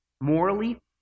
Morally